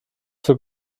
für